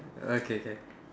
okay can